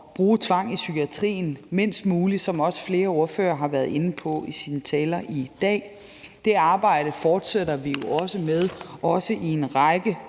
bruge tvang i psykiatrien mindst muligt, hvad flere ordførere også har været inde på i deres taler i dag. Det arbejde fortsætter vi jo med i en rækkespor,